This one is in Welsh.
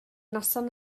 noson